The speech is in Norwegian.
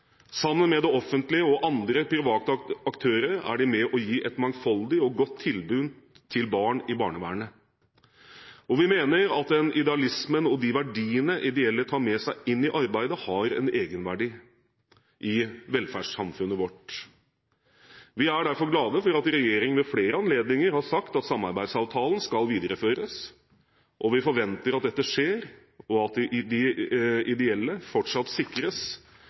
Sammen med det offentlige og andre private aktører er de med på å gi et mangfoldig og godt tilbud til barn i barnevernet, og vi mener at den idealismen og de verdiene ideelle tar med seg inn i arbeidet, har en egenverdi i velferdssamfunnet vårt. Vi er derfor glade for at regjeringen ved flere anledninger har sagt at samarbeidsavtalen skal videreføres, og vi forventer at dette skjer, og at de ideelle fortsatt sikres